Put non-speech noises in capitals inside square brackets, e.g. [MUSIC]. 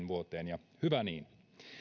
[UNINTELLIGIBLE] vuoteen ja hyvä niin